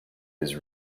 his